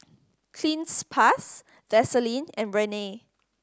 Cleanz Plus Vaselin and Rene